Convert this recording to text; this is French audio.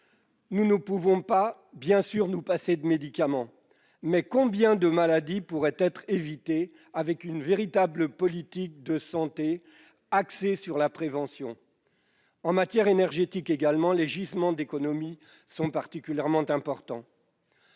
nous ne pouvons pas nous passer de médicaments, mais combien de maladies pourraient-elles être évitées grâce à une politique de santé axée sur la prévention ? En matière énergétique également, les gisements d'économies sont particulièrement importants.